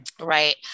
right